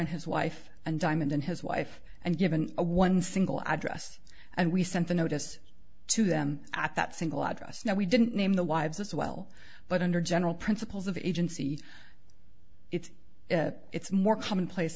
and his wife and diamond and his wife and given a one single address and we sent the notice to them at that single address now we didn't name the wives as well but under general principles of agency it's it's more common place